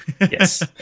Yes